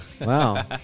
Wow